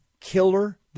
killer